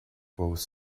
both